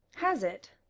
has it?